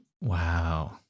Wow